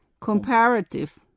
comparative